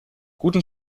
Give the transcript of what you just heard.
guten